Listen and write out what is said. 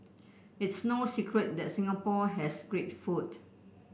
it's no secret that Singapore has great food